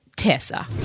Tessa